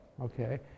okay